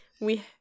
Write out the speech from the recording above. We-